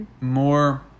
more